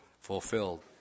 fulfilled